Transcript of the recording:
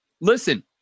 listen